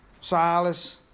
Silas